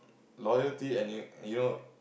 loyalty and you you know